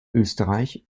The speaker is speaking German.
österreich